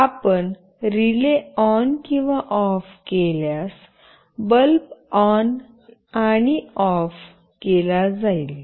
आपण relay on किंवा off केल्यास बल्ब ऑन आणि ऑफ केला जाईल